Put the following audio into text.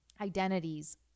identities